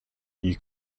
you